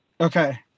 Okay